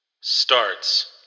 starts